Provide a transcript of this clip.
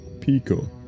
Pico